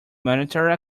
mandatory